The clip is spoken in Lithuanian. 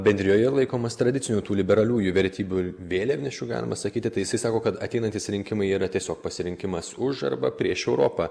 bendrijoje laikomas tradiciniu tų liberaliųjų vertybių vėliavnešiu galima sakyti tai jisai sako kad ateinantys rinkimai yra tiesiog pasirinkimas už arba prieš europą